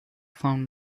found